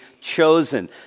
chosen